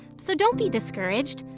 so don't be discouraged,